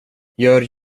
gör